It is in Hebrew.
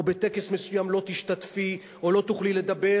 או בטקס מסוים לא תשתתפי או לא תוכלי לדבר,